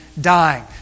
dying